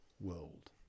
world